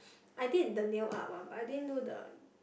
I did the nail art one but I didn't do the